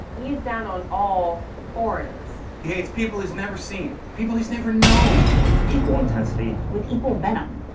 he's down on all foreigners. he hates people he's never seen, people he's never known with equal intensity with equal venom.